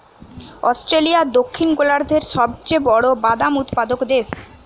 Australia দক্ষিণ গোলার্ধের সবচেয়ে বড় বাদাম উৎপাদক দেশ